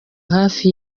hafi